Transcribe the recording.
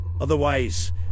Otherwise